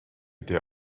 der